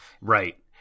Right